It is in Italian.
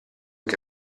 che